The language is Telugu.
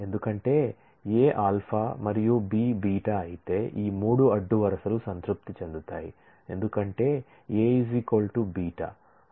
ఎందుకంటే A అనేది α మరియు B అనేది β అయితే ఈ 3 అడ్డు వరుసలు సంతృప్తి చెందుతాయి ఎందుకంటే A β